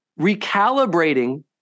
recalibrating